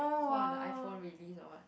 one of the iPhone release or what